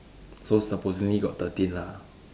so supposingly got thirteen lah